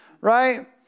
Right